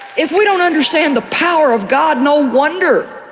if we don't understand the power of god, no wonder,